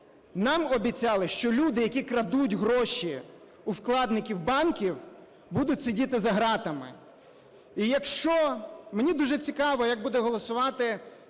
Нам обіцяли, що люди, які крадуть гроші у вкладників банків, будуть сидіти за ґратами. Мені дуже цікаво, як буде голосувати,